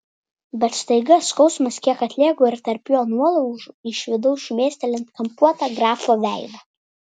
bet staiga skausmas kiek atlėgo ir tarp jo nuolaužų išvydau šmėstelint kampuotą grafo veidą